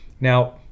Now